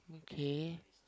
okay